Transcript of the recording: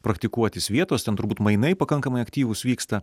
praktikuotis vietos ten turbūt mainai pakankamai aktyvūs vyksta